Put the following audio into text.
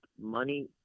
money